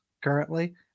currently